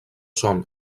són